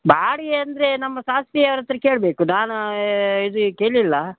ಭಾರಿ ಅಂದ್ರೆ ನಮ್ಮ ಶಾಸ್ತ್ರಿ ಅವ್ರ ಹತ್ರ ಕೇಳಬೇಕು ದಾನ ಇದು ಕೇಳ್ಲಿಲ್ಲ